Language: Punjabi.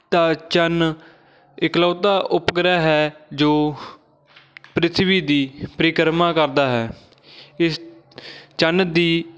ਤਾਂ ਚੰਨ ਇਕਲੌਤਾ ਉਪ ਗ੍ਰਹਿ ਹੈ ਜੋ ਪ੍ਰਿਥਵੀ ਦੀ ਪਰਿਕਰਮਾ ਕਰਦਾ ਹੈ ਇਸ ਚੰਨ ਦੀ